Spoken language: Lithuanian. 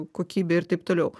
kokybę ir taip toliau